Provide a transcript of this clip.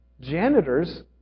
Janitors